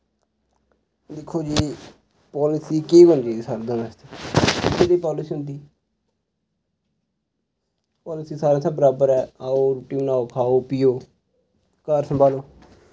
दिक्खो जी पालसी केह् करी सकदी गल्ल सुनदी पालसी साढ़ै अस्तै बराबर ऐ आओ रुट्टी बनाओ खाओ पियो घर सम्भालो